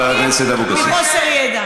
את לא צודקת.